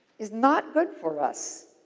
is not good for us.